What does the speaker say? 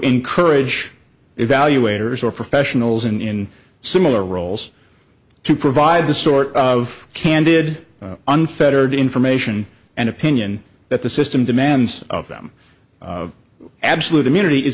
encourage evaluators are professionals in similar roles to provide the sort of candid unfettered information and opinion that the system demands of them absolute immunity is